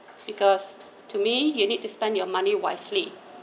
because to me you need to spend your money wisely